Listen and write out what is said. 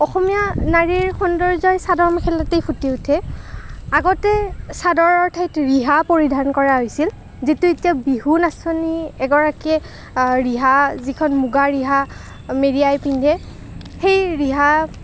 অসমীয়াৰ নাৰীৰ সৌন্দৰ্যই চাদৰ মেখেলাতেই ফুটি উঠে আগতে চাদৰৰ ঠাইত ৰিহা পৰিধান কৰা হৈছিল যিটো এতিয়া বিহুৰ নাচনী এগৰাকীয়ে ৰিহা যিখন মুগা ৰিহা মেৰিয়াই পিন্ধে সেই ৰিহাক